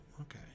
okay